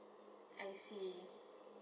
I see